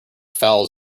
fouls